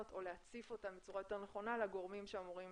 או להציף אותן בצורה יותר נכונה לגורמים שאמורים